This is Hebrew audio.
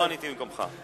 לא עניתי במקומך.